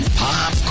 pop